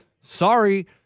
Sorry